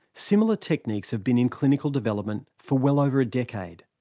similar techniques have been in clinical development for well over a decade.